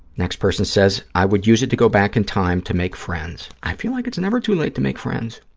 next person says, i would use it to go back in time to make friends. i feel like it's never too late to make friends.